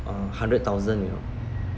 uh hundred thousand you know